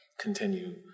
continue